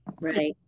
Right